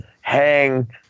hang